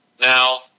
now